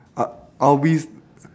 I I'll be